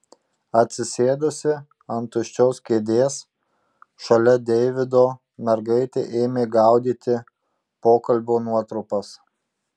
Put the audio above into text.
atsisėdusi ant tuščios kėdės šalia deivido mergaitė ėmė gaudyti pokalbio nuotrupas